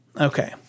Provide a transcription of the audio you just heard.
Okay